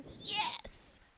Yes